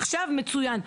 עכשיו מצוין,